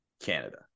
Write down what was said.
Canada